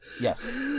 Yes